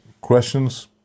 questions